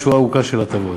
שורה ארוכה של הטבות.